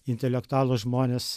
intelektualūs žmonės